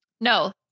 No